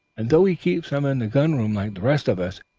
and though he keeps them in the gunroom like the rest of us,